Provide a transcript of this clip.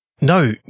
no